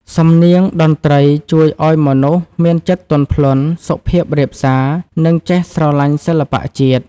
សំនៀងតន្ត្រីជួយឱ្យមនុស្សមានចិត្តទន់ភ្លន់ សុភាពរាបសារ និងចេះស្រឡាញ់សិល្បៈជាតិ។